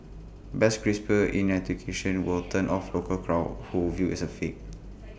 but crisper enunciation will turn off local crowds who view IT as fake